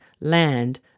land